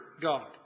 God